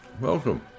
Welcome